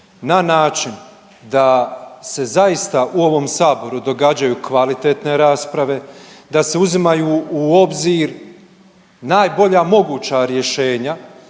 na način da se zaista u ovom Saboru događaju kvalitetne rasprave, da se uzimaju u obzir najbolja moguća rješenja,